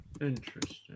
Interesting